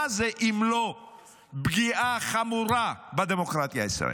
מה זה אם לא פגיעה חמורה בדמוקרטיה הישראלית?